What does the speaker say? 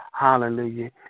hallelujah